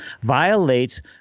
violates